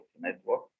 Network